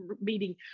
meeting